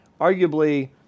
arguably